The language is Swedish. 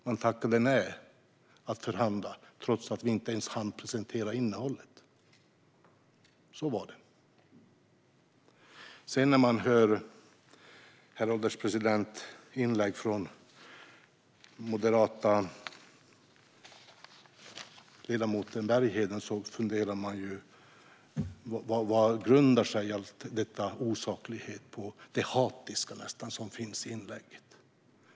Man tackade dock nej till att förhandla, trots att vi inte ens hann presentera innehållet. Så var det. När man sedan hör inlägg från den moderata ledamoten Bergheden, herr ålderspresident, funderar man ju på vad all denna osaklighet - det nästan hatiska - i hans inlägg grundar sig på.